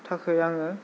थाखाय आङो